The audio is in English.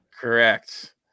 Correct